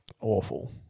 awful